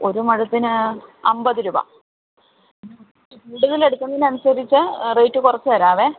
ഒരുമുഴത്തിന് അമ്പത് രൂപ കൂടുതൽ എടുക്കുന്നതനുസരിച്ച് റേറ്റ് കുറച്ചു തരാവേ